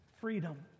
freedom